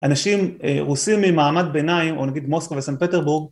אנשים רוסים ממעמד ביניים או נגיד מוסקו וסן פטרבורג